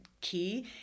key